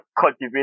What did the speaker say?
cultivate